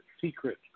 secret